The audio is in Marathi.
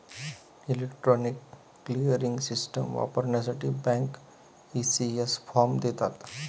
इलेक्ट्रॉनिक क्लिअरिंग सिस्टम वापरण्यासाठी बँक, ई.सी.एस फॉर्म देतात